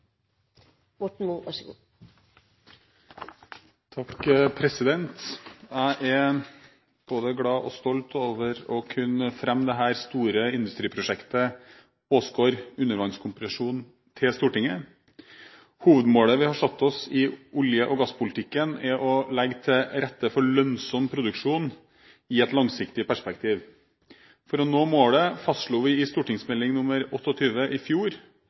både glad og stolt over å kunne fremme dette store industriprosjektet Åsgard undervannskompresjon for Stortinget. Hovedmålet vi har satt oss i olje- og gasspolitikken, er å legge til rette for lønnsom produksjon i et langsiktig perspektiv. For å nå målet fastslo vi i Meld. St. 28 i fjor,